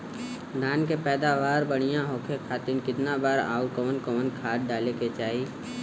धान के पैदावार बढ़िया होखे खाती कितना बार अउर कवन कवन खाद डाले के चाही?